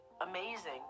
amazing